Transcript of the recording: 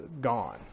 gone